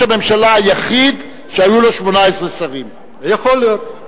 יכול להיות,